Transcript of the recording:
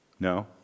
No